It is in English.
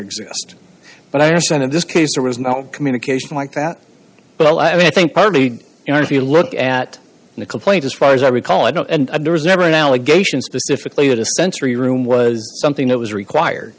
exist but i have seen in this case there was no communication like that but i mean i think partly you know if you look at the complaint as far as i recall i don't and there was never an allegation specifically that a sensory room was something that was required